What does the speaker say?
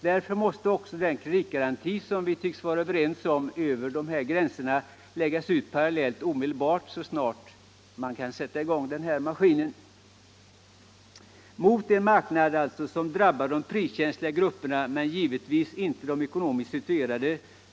Därför måste också den kreditgaranti som vi tycks vara överens om över gränserna också läggas ut parallellt med stödet så snart som man kan sätta i gång den här maskinen. Det gäller här en marknad som drabbar de priskänsliga grupperna av litteraturkonsumtion men givetvis inte de ekonomiskt bättre situerade.